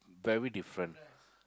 very different